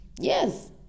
Yes